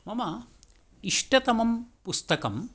मम इष्टतमं पुस्तकं